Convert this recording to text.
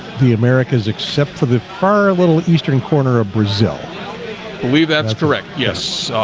the americas except for the far little eastern corner of brazil believe that's correct. yes,